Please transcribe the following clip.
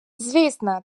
звісно